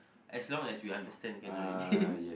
as long as we understand can already